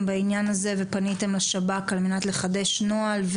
בעניין הזה ואכן פניתם לשב"כ על מנת לחדש נוהל,